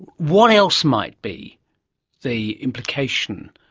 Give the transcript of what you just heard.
what else might be the implication,